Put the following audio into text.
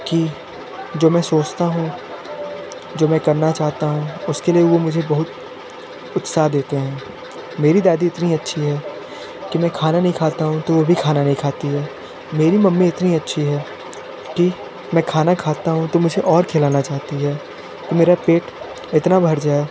की जो मैं सोचता हूँ जो मैं करना चाहता हूँ उसके लिए वो मुझे बहुत उत्साह देते हैं मेरी दादी इतनी अच्छी है कि मैं खाना नहीं खाता हूँ तो वो भी खाना नहीं खाती है मेरी मम्मी इतनी अच्छी है कि मैं खाना खाता हूँ तो मुझे और खिलाना चाहती है मेरा पेट इतना भर जाए